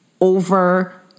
over